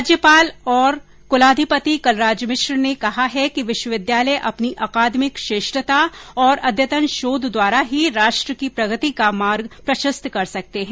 राज्यपाल और कुलाधिपति कलराज मिश्र ने कहा है कि विश्वविद्यालय अपनी अकादमिक श्रेष्ठता और अद्यतन शोध द्वारा ही राष्ट्र की प्रगति का मार्ग प्रशस्त कर सकते हैं